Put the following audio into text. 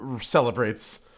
celebrates